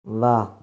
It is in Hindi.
वाह